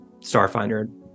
Starfinder